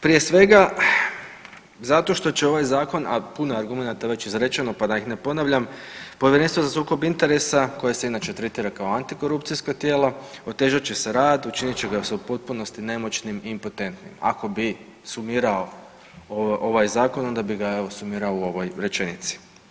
Prije svega, zato što će ovaj Zakon, a puno je argumenata već izrečeno, pa da ih ne ponavljam, Povjerenstvo za sukob interesa koje se inače tretira kao antikorupcijsko tijelo, otežat će se rad, učinit će ga se u potpunosti nemoćnim i impotentnim, ako bi sumirao ovaj Zakon, onda bi ga evo, sumirao u ovoj rečenici.